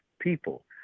people